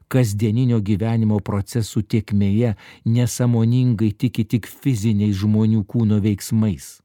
kasdieninio gyvenimo procesų tėkmėje nesąmoningai tiki tik fiziniais žmonių kūno veiksmais